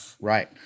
right